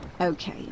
Okay